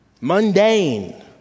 Mundane